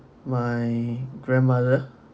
my grandmother